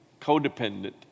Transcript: codependent